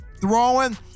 throwing